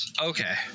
Okay